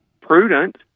prudent